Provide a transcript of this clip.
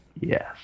Yes